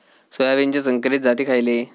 सोयाबीनचे संकरित जाती खयले?